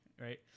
right